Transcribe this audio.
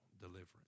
deliverance